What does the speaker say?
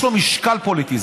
יש לו משקל פוליטי.